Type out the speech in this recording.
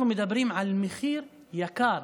אנחנו מדברים על מחיר יקר